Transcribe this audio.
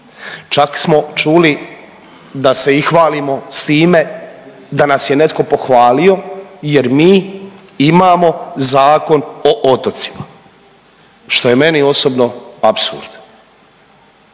Čak smo čuli da se i hvalimo s time da nas je netko pohvalio jer mi imamo Zakon o otocima što je meni osobno apsurd.